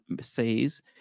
says